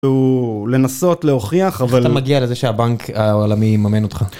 הוא לנסות להוכיח אבל איך אתה מגיע לזה שהבנק העולמי יממן אותך.